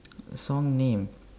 the song name